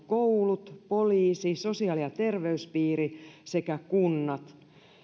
koulut poliisi sosiaali ja terveyspiiri sekä kunnat